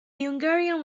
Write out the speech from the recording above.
hungarian